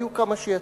היו כמה שיצאו.